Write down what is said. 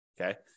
okay